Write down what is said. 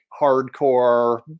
hardcore